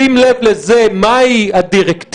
בשים לב לזה, מהי הדירקטיבה,